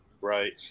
Right